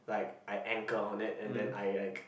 like I anchor on it and then I like